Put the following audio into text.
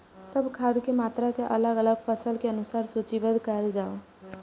सब खाद के मात्रा के अलग अलग फसल के अनुसार सूचीबद्ध कायल जाओ?